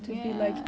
ya